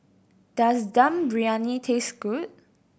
does Dum Briyani taste good